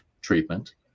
treatment